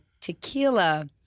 tequila